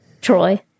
Troy